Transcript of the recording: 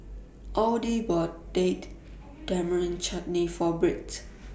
Audy bought Date Tamarind Chutney For Britt